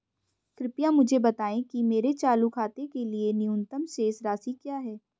कृपया मुझे बताएं कि मेरे चालू खाते के लिए न्यूनतम शेष राशि क्या है